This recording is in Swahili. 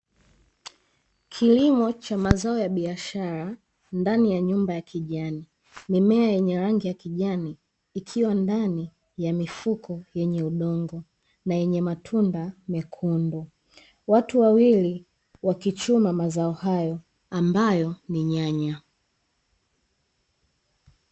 Kilimo cha mazao ya biashara ndani ya nyumba ya kijani, mimea yenye rangi ya kijani ikiwa ndani ya mifuko yenye udongo na yenye matunda mekundu, watu wawili wakichuma mazao hayo ambayo ni nyanya.